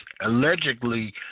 allegedly